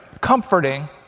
comforting